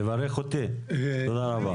תודה רבה.